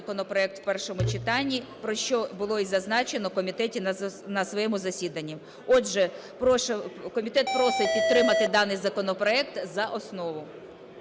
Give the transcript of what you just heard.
законопроект в першому читанні, про що було і зазначено в комітеті на своєму засіданні. Отже, комітет просить підтримати даний законопроект за основу.